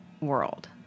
world